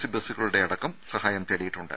C ബസുകളുടെയടക്കം സഹായം തേടിയിട്ടുണ്ട്